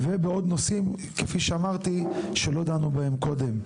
והן בעוד נושאים, כפי שאמרתי, שלא דנו בהם קודם.